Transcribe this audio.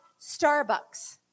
Starbucks